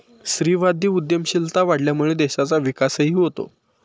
स्त्रीवादी उद्यमशीलता वाढल्यामुळे देशाचा विकासही होतो